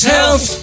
Health